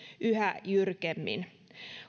yhä jyrkemmin